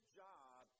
job